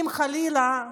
אם, חלילה,